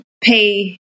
pay